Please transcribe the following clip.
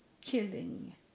killing